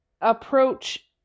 approach